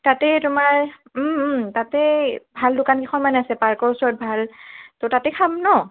তাতে তোমাৰ তাতে ভাল দোকান কেইখন মান আছে পাৰ্কৰ ওচৰত ভাল ত' তাতে খাম ন